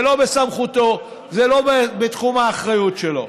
זה לא בסמכותו, זה לא בתחום האחריות שלו.